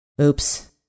Oops